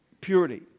purity